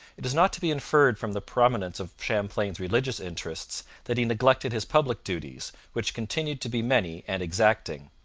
it is not to be inferred from the prominence of champlain's religious interests that he neglected his public duties, which continued to be many and exacting.